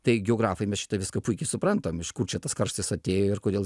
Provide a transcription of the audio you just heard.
tai geografai mes šitą viską puikiai suprantam iš kur čia tas karštis atėjo ir kodėl